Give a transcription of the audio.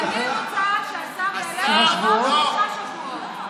אני רוצה שהשר יעלה ויאמר: בעוד שלושה שבועות.